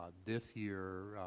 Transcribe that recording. ah this year,